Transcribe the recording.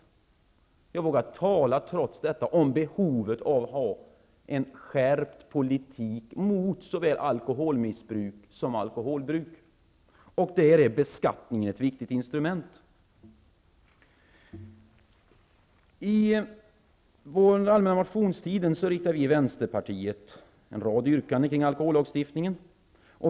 Men jag vågar trots detta tala om behovet av en skärpt politik mot såväl alkoholmissbruk som alkoholbruk, och i det sammanhanget är beskattningen ett viktigt instrument. Under den allmänna motionstiden lade vi i Vänsterpartiet fram en rad yrkanden kring alkohollagstiftningen.